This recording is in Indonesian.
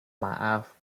maaf